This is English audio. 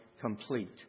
complete